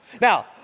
Now